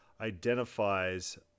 identifies